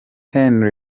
henry